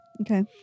Okay